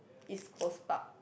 East-Coast Park